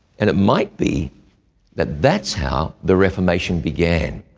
and it might be that that's how the reformation began.